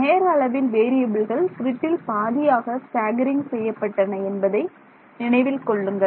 நேர அளவில் வேறியபில்கள் கிரிட்டில் பாதியாக ஸ்டாக்கரிங் செய்யப்பட்டன என்பதை நினைவில் கொள்ளுங்கள்